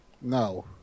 No